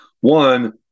one